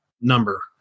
number